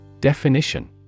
Definition